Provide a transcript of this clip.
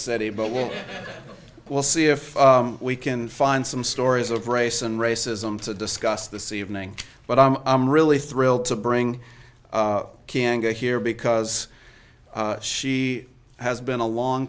city but we'll we'll see if we can find some stories of race and racism to discuss this evening but i'm i'm really thrilled to bring kanga here because she has been a long